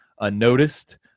unnoticed